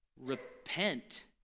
repent